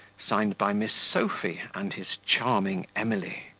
signed by miss sophy and his charming emily.